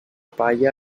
palla